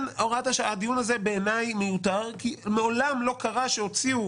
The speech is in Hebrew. הדיון הזה מיותר, כי מעולם לא קרה שהוציאו